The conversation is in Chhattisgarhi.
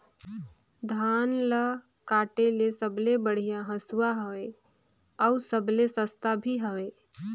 धान ल काटे के सबले बढ़िया हंसुवा हवये? अउ सबले सस्ता भी हवे?